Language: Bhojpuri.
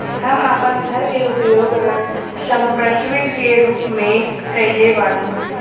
हम आपन घर के उपयोग ऋण संपार्श्विक के रूप में कइले बानी